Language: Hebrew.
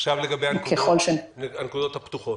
עכשיו לגבי הנקודות הפתוחות.